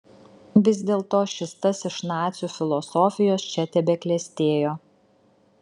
vis dėlto šis tas iš nacių filosofijos čia tebeklestėjo